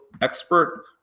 expert